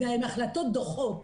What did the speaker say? הן החלטות דוחות,